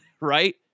right